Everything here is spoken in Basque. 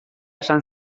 esan